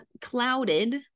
clouded